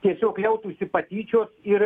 tiesiog liautųsi patyčios ir